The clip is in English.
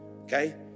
Okay